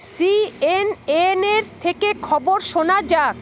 C N এনের থেকে খবর শোনা যাক